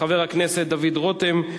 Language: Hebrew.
חבר הכנסת דוד רותם.